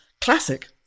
classic